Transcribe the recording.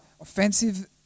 offensive